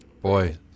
Boy